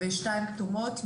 ושתיים כתומות,